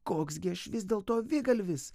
koks gi aš vis dėlto avigalvis